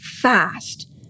fast